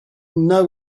know